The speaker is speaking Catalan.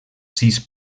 sis